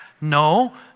No